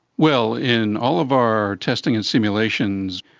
well, in all of our testing and simulations,